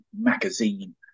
magazine